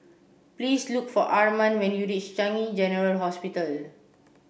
please look for Armand when you reach Changi General Hospital